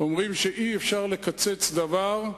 אומרים שאי-אפשר לקצץ דבר,